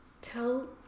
Tell